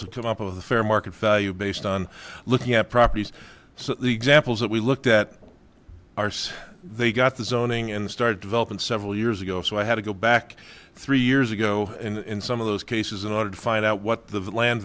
of the fair market value based on looking at properties so the examples that we looked at are so they got the zoning and started developing several years ago so i had to go back three years ago in some of those cases in order to find out what the land